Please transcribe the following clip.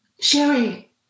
Sherry